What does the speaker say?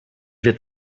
wir